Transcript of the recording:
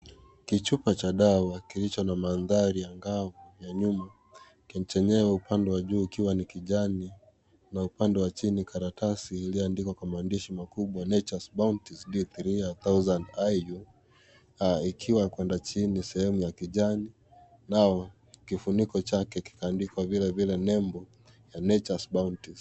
Kichupa cha dawa kilicho na mandhari ya ngao ya nyuma chenyewe upande wa juu ukiwa ni kijani na upande wa chini ni karatasi iliyoandikwa kwa maandishi makubwa nature's bounty D3 10000iu ikiwa kuenda chini sehemu ya kijani nao kifuniko chake kikaandikwa vilevile nembo ya nature's bounties .